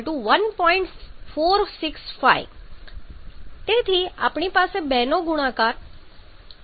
465 તેથી આપણી પાસે 2 નો ગુણાકાર 0